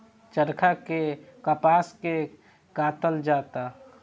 चरखा से कपास के कातल जाला